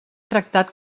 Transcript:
tractat